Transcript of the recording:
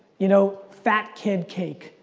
you know? fat kid cake.